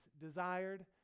desired